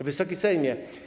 Wysoki Sejmie!